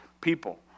people